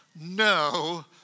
no